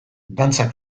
dantza